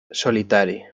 solitari